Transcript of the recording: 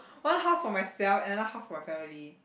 one house for myself another house for my family